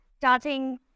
starting